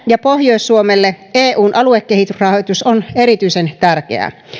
ja pohjois suomelle eun aluekehitysrahoitus on erityisen tärkeää